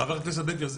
ח"כ בן גביר,